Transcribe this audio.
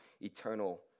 eternal